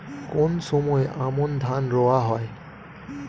কোন সময় আমন ধান রোয়া হয়?